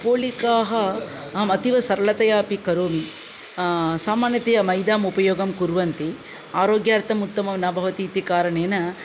पोलिकाः आम् अतीव सरलतया अपि करोमि सामान्यतया मैदाम् उपयोगं कुर्वन्ति आरोग्यार्थम् उत्तमं न भवति इति कारणेन